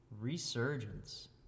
Resurgence